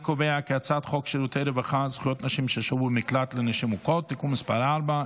חוק שירותי רווחה (זכויות נשים ששהו במקלט לנשים מוכות) (תיקון מס' 4),